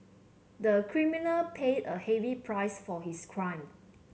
the criminal paid a heavy price for his crime